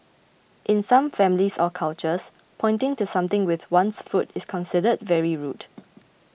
in some families or cultures pointing to something with one's foot is considered very rude